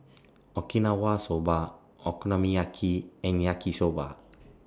Okinawa Soba Okonomiyaki and Yaki Soba